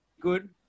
good